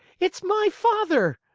it's my father!